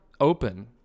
open